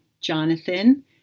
Jonathan